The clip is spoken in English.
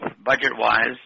budget-wise